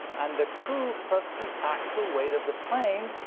and the crew plus the actual weight of the plane,